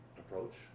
approach